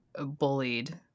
bullied